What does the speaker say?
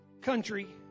country